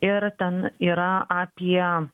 ir ten yra apie